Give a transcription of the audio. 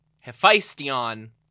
Hephaestion